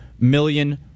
million